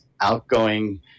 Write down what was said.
outgoing